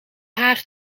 haar